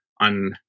on